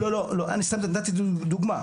סתם נתתי דוגמה.